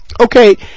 Okay